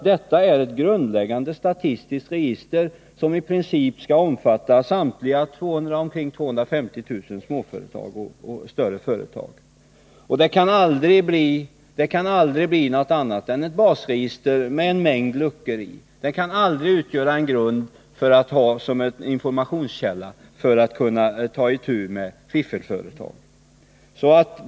Det är ett grundläggande statistiskt register som i princip skall omfatta samtliga omkring 250 000 småföretag och större företag. Det kan aldrig bli något annat än ett basregister med en mängd luckor i. Det kan aldrig användas som en informationskälla så att man skall kunna ta itu med fiffelföretag.